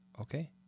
Okay